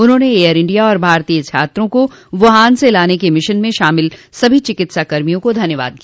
उन्होंने Air India और भारतीय छात्रों को वुहान से लाने क मिशन में शामिल सभी चिकित्सा कर्मियों को धन्यवाद दिया